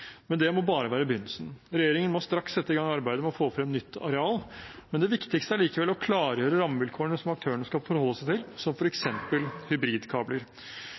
Men det må bare være begynnelsen. Regjeringen må straks sette i gang arbeidet med å få frem nytt areal. Det viktigste er likevel å klargjøre rammevilkårene som aktørene skal forholde seg til, som f.eks. hybridkabler.